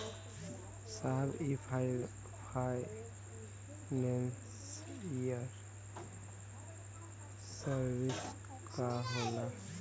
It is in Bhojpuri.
साहब इ फानेंसइयल सर्विस का होला?